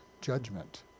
judgment